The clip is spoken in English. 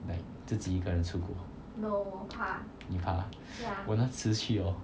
like 自己一个人出国你怕啊我那时去 hor